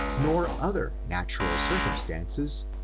nor other natural circumstances,